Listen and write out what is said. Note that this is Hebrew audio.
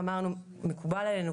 אמרנו שמקובל עלינו,